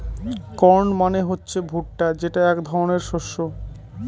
corn মানে হচ্ছে ভুট্টা যেটা এক ধরনের শস্য